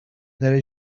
there